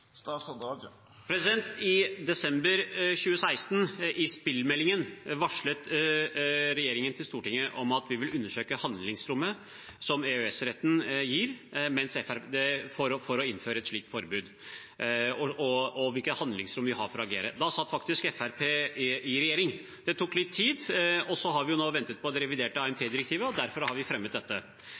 I desember 2016, i spillmeldingen, varslet regjeringen Stortinget om at vi vil undersøke handlingsrommet som EØS-retten gir til å innføre et slikt forbud, og hvilket handlingsrom vi har for å agere. Da satt faktisk Fremskrittspartiet i regjering. Det tok litt tid, og vi har ventet på det reviderte AMT-direktivet. Derfor har vi nå fremmet dette.